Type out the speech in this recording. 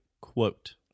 Quote